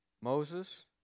Moses